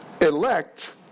Elect